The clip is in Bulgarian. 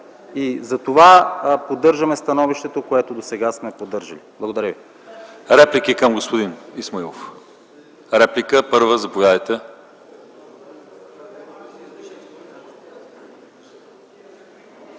Затова поддържаме становището, което досега сме поддържали. Благодаря ви.